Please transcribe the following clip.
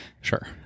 Sure